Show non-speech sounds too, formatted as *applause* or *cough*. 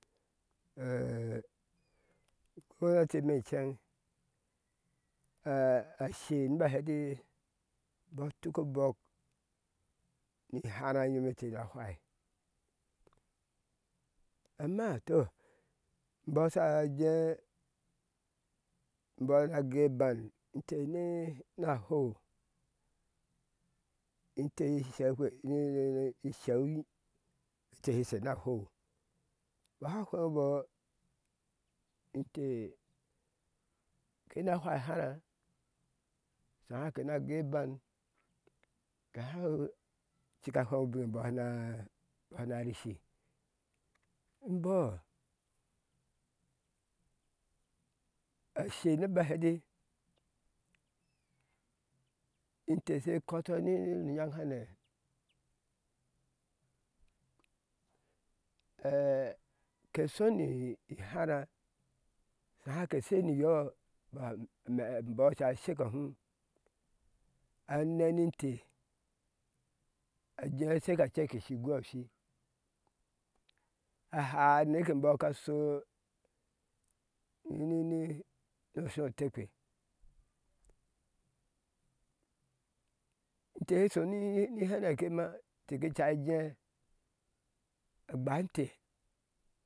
*hesitation* gonati me ceŋ *hesitation* she nibɔ hɛti bɔɔ tuk obɔk ni hàrá nyom etc na fwai amma tɔ bɔɔ sha au a jee inbɔ na goi ban ente nii na hou ente shekpe ninunu isheu ni ente sher na hou ente shekpe ninunu isheu ni ente sher na hou bɔ há fweŋbɔ inte kena fwai ehárá sháhá kena goi ban ke hauu cika fweŋ ubinbɔ na a ana risshi embɔɔ ashe ni bɔɔ hɛ eti inte shekɔtɔ ni ninyaŋ hane ɛɛɛ keshni hárá shaha ke shei niyɔ bɔa mebɔ ca shekɔ hum anenin te ajee sai kace keshi igweoshi a haa neke bɔɔ ka sho nini nu sho otekpe te she shoni henekema teke cai jee agbai inte